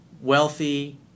wealthy